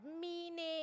meaning